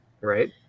right